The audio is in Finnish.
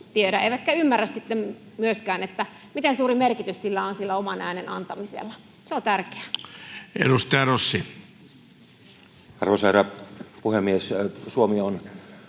eivätkä ymmärrä sitten myöskään, miten suuri merkitys sillä oman äänen antamisella on. Se on tärkeää. Arvoisa herra puhemies! Suomi on